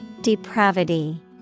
Depravity